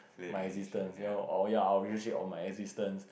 my existence ya lor or ya or our relationship or my existence